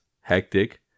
hectic